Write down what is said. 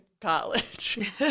college